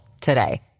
today